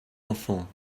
enfants